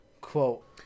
Quote